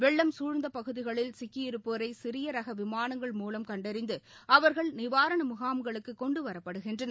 வெள்ளம் சூழந்த பகுதிகளில் சிக்கியிருப்போரை சிறிய ரக விமானங்கள் மூலம் கண்டறிந்து அவர்கள் நிவாரண முகாம்களுக்கு கொண்டுவரப்படுகின்றனர்